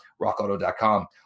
RockAuto.com